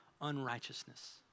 unrighteousness